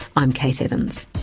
i'm kate evans.